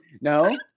No